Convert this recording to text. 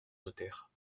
notaire